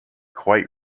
quite